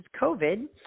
COVID